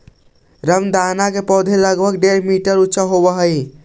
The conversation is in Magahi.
रामदाना के पौधा लगभग डेढ़ मीटर ऊंचा होवऽ हइ